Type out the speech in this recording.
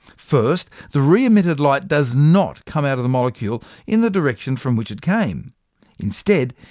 first, the re-emitted light does not come out of the molecule in the direction from which it came instead,